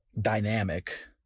dynamic